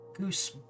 Goose